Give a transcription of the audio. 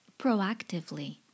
proactively